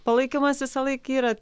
palaikymas visąlaik yra